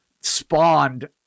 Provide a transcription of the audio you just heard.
spawned